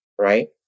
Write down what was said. right